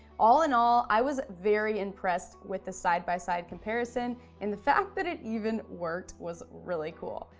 all in all, i was very impressed with the side-by-side comparison and the fact that it even worked was really cool.